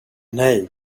nej